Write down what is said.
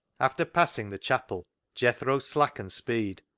after passing the chapel, jethro slackened speed,